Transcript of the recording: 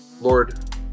Lord